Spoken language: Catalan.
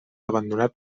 abandonat